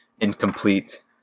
incomplete